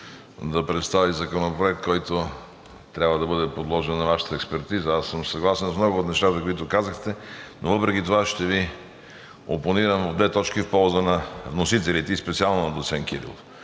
да представи законопроект, който трябва да бъде подложен на нашата експертиза. Аз съм съгласен с много от нещата, които казахте. Въпреки това ще Ви опонирам по две точки в полза на вносителите и специално на доцент Кирилов.